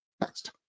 next